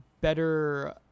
better